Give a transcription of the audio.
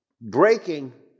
breaking